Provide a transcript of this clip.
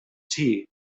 tea